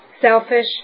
selfish